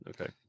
Okay